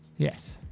yes.